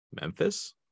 Memphis